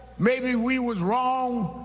maybe we was wrong,